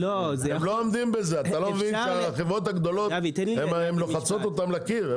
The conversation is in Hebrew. הם לא עומדים בזה אתה לא מבין שהחברות הגדולות הן לוחצות אותם לקיר?